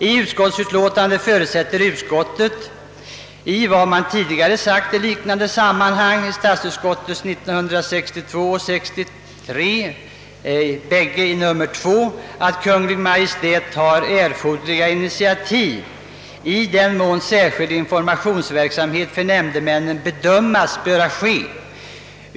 I utskottsutlåtandet säges: »Utskottet förutsätter — i huvudsaklig överensstämmelse med vad utskottet tidigare uttalat i liknande sammanhang att Kungl. Maj:t tar erforderliga initiativ i den mån särskild informationsverksamhet för nämndemännen bedöms böra ske.